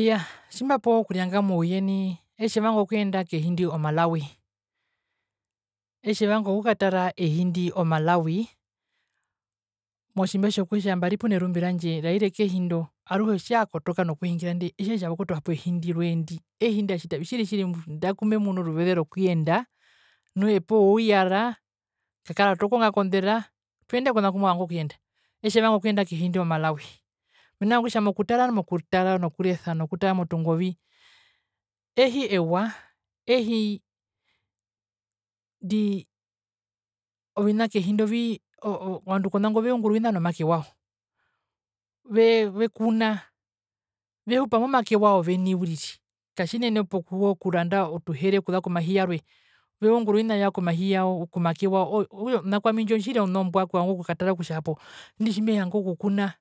Iyaa tjimbapewa okurianga mouye nai etjevanga okuyenda kehi ndi o malawi, etjevanga okutara ehindi o malawi mena rokutja mbari punerumbi randje raire kehi ndo aruhe otjaa kotoka nokundjirandera ami otjetja vakwetu ehindi orwee ndi ehi ndatjitavi tjiri tjiri andaku memunu oruveze rokuyenda nu epewa ouyara okakarata okonga kondera twende kona kumovanga okuyenda etje vanga okuyenda kehi ndi o malawi mena rokutja mokutara nokulesa nokutara motungovi ehi ewa ehi ndi ovina kehi ndo vii ovandu konango veungura ovina nomake wao ve vekuna vehupa momake wao veni uriri katjinene owo kuranda otuhere okuza komahi yarwe veungura ovinavyao komahi yao komake wao okutja ona kwami ndjo otjiri ona ombwa okuvanga okukatara kutja hapo indi tjimevanga okukuna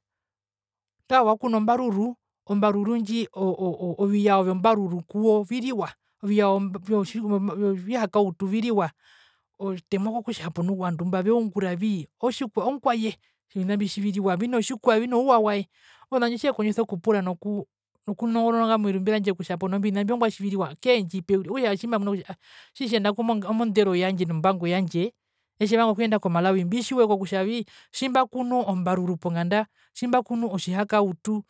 tara ove wakunu ombaruru ombaruru ndji oo oo oviyao vyo mbaruru kuwo viriwa oviyao vyotji oviyao vyovihakautu viriwa otemwa kokutja nu ovandu mba veunguravii otjikwae ongwaye ovina mbi tjiviriwa vino tjikwae vinouwa wae nu onandjo otje kondjisa okupura nu kuu nukunonga nonga merumbi randje kutja nuimbovina mbio ongwae tjiviriwa keendjipe uriri okutja otjimbamuna kutja ae tjiri tjiri andaku omondero yandje nombango yandje eteje vanga okuyenda ko malawi mbitjiwe kokutjavii tjimbakunu ombaruru ponganda tjimbakunu otjihakautu.